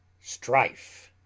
Strife